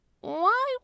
Why